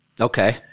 Okay